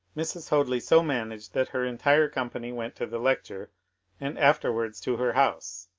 mrs. hoadly so managed that her entire company went to the lecture and afterwards to her house,